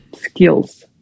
skills